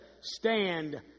stand